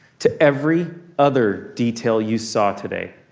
to every other detail, you saw today.